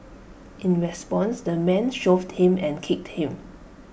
in response the man shoved him and kicked him